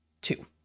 two